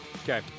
Okay